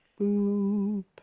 boop